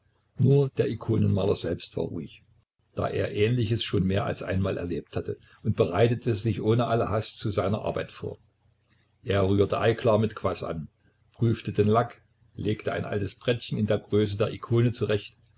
nur der ikonenmaler selbst war ruhig da er ähnliches schon mehr als einmal erlebt hatte und bereitete sich ohne alle hast zu seiner arbeit vor er rührte eiklar mit kwas an prüfte den lack legte ein altes brettchen in der größe der ikone zurecht